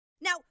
Now